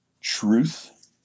truth